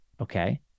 okay